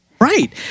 Right